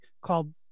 called